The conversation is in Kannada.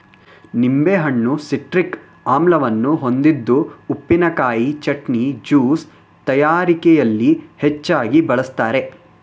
ನಿಂಬೆಹಣ್ಣು ಸಿಟ್ರಿಕ್ ಆಮ್ಲವನ್ನು ಹೊಂದಿದ್ದು ಉಪ್ಪಿನಕಾಯಿ, ಚಟ್ನಿ, ಜ್ಯೂಸ್ ತಯಾರಿಕೆಯಲ್ಲಿ ಹೆಚ್ಚಾಗಿ ಬಳ್ಸತ್ತರೆ